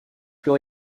plus